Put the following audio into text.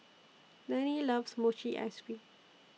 Lanie loves Mochi Ice Cream